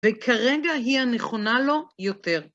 וכרגע היא הנכונה לו יותר.